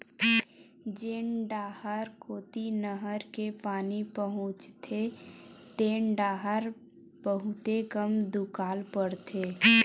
जेन डाहर कोती नहर के पानी पहुचथे तेन डाहर बहुते कम दुकाल परथे